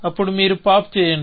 అప్పుడు మీరు పాప్ చేయండి